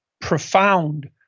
profound